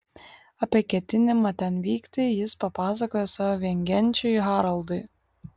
apie ketinimą ten vykti jis papasakojo savo viengenčiui haraldui